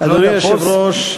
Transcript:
אדוני היושב-ראש,